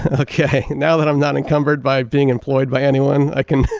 ah okay. now that i'm not encumbered by being employed by anyone, i